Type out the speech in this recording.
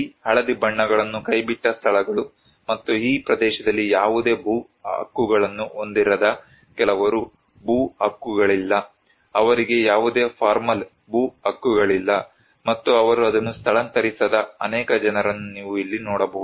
ಈ ಹಳದಿ ಬಣ್ಣಗಳನ್ನು ಕೈಬಿಟ್ಟ ಸ್ಥಳಗಳು ಮತ್ತು ಈ ಪ್ರದೇಶದಲ್ಲಿ ಯಾವುದೇ ಭೂ ಹಕ್ಕುಗಳನ್ನು ಹೊಂದಿರದ ಕೆಲವರು ಭೂ ಹಕ್ಕುಗಳಿಲ್ಲ ಅವರಿಗೆ ಯಾವುದೇ ಫಾರ್ಮಲ್ ಭೂ ಹಕ್ಕುಗಳಿಲ್ಲ ಮತ್ತು ಅವರು ಅದನ್ನು ಸ್ಥಳಾಂತರಿಸದ ಅನೇಕ ಜನರನ್ನು ನೀವು ಇಲ್ಲಿ ನೋಡಬಹುದು